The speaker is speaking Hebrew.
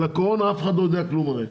על הקורונה אף אחד לא יודע כלום הרי.